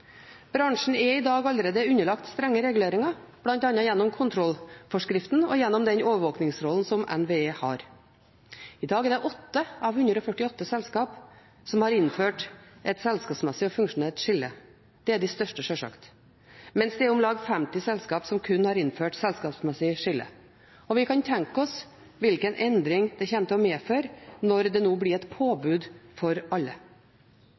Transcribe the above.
Bransjen er allerede i dag underlagt strenge reguleringer, bl.a. gjennom kontrollforskriften og gjennom den overvåkingsrollen som NVE har. I dag er det 8 av 148 selskap som har innført et selskapsmessig og funksjonelt skille. Det er de største, sjølsagt, mens det er om lag 50 selskap som kun har innført selskapsmessig skille. Vi kan tenke oss hvilken endring det kommer til å medføre når det nå blir et påbud for alle.